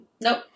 nope